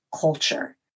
culture